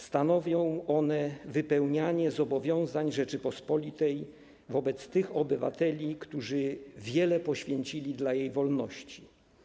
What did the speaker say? Stanowią one wypełnienie zobowiązań Rzeczypospolitej wobec tych obywateli, którzy wiele poświęcili dla jej wolności.